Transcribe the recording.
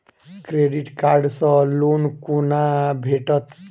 Credit card सँ loan कोना भेटत?